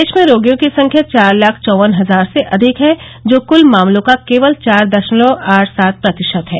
देश में रोगियों की संख्या चार लाख चौवन हजार से अधिक है जो कुल मामलों का केवल चार दशमलव आठ सात प्रतिशत है